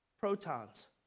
protons